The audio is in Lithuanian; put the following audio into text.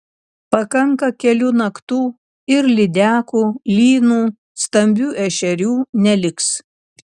pakanka kelių naktų ir lydekų lynų stambių ešerių neliks